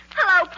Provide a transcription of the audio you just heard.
Hello